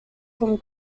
from